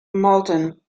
malton